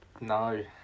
No